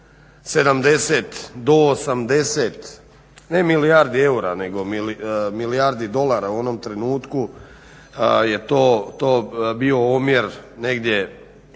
70 do 80 ne milijardi eura nego milijardi dolara. U onom trenutku je to bio omjer negdje